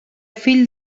fill